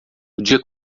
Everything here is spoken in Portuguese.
dia